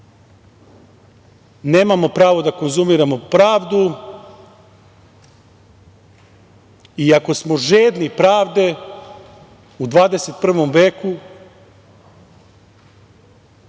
nemamo pravo da konzumiramo pravdu, iako smo žedni pravde u 21. veku,